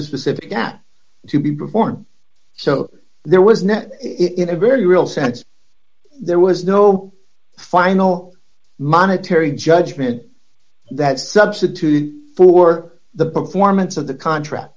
a specific app to be performed so there was never in a very real sense there was no final monetary judgement that was substituted for the performance of the contract